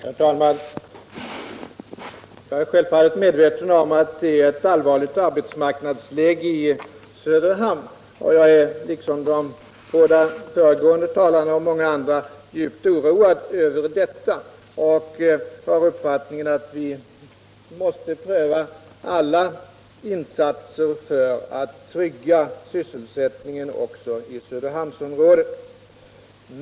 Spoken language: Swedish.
Herr talman! Jag är självfallet medveten om att det är ett allvarligt arbetsmarknadsläge i Söderhamn, och jag är liksom de båda föregående talarna och många andra djupt oroad över detta. Jag har den uppfattningen att vi måste pröva alla insatser för att trygga sysselsättningen också i Söderhamnsområdet.